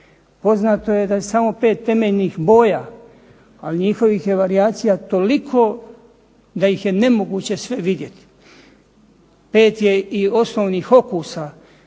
Poznato je da je samo pet temeljnih boja, ali njihovih je varijacija toliko da ih je nemoguće sve vidjeti. Pet je i osnovnih okusa,